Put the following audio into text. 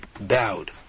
bowed